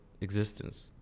existence